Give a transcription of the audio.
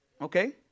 Okay